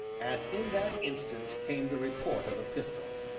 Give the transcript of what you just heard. and in that instant came the report of a pistol.